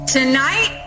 tonight